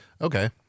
Okay